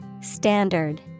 Standard